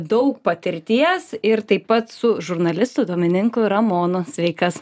daug patirties ir taip pat su žurnalistu domininku ramonu sveikas